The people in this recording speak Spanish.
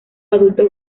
adultos